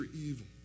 evil